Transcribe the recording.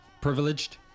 Privileged